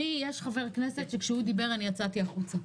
יש חבר כנסת שכשהוא דיבר אני יצאתי החוצה,